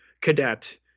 cadet